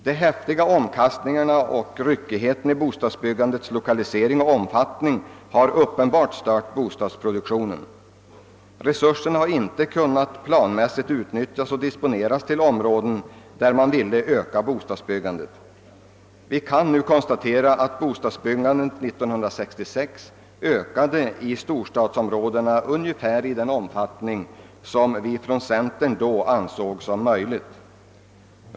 De häftiga omkastningarna och ryckigheten i bostadsbyggandets lokalisering och omfattning har uppenbarligen stört bostadsproduktionen. Resurserna har inte kunnat planmässigt utnyttjas och disponeras till de områden där man har velat öka bostadsbyggandet. Vi kan nu konstatera att bostadsbyggandet 1966 ökade i storstadsområdena ungefär i den omfattning som centerpartiet då ansåg vara möjligt.